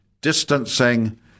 distancing